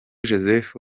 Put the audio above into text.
joseph